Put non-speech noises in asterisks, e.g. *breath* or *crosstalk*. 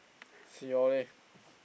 see you all leh *breath*